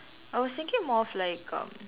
I was thinking more of like uh